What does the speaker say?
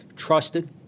trusted